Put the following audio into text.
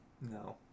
no